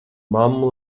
mammu